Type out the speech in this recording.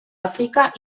àfrica